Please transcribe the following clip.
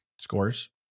Scores